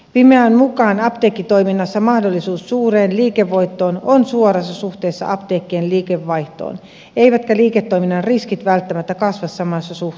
fimean mukaan apteekkitoiminnassa mahdollisuus suureen liikevoittoon on suorassa suhteessa apteekkien liikevaihtoon eivätkä liiketoiminnan riskit välttämättä kasva samassa suhteessa